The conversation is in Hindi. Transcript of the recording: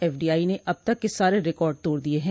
एफडीआई ने अब तक के सारे रिकॉर्ड तोड़ दिए हैं